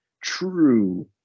true